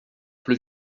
plus